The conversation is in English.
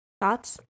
Thoughts